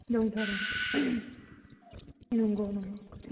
दंथारो नंगौ